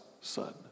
son